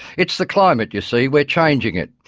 it's the climate, you see, we're changing it,